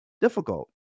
difficult